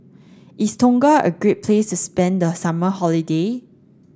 is Tonga a great place spend the summer holiday